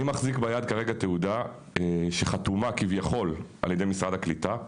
אני מחזיק ביד כרגע תעודה שחתומה כביכול על ידי משרד הקליטה,